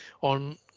on